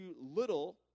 little